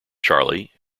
charlie